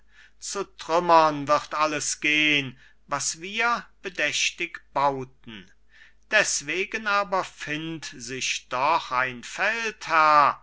zu trümmern wird alles gehn was wir bedächtig bauten deswegen aber findt sich doch ein feldherr